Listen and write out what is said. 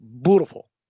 beautiful